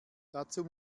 dazu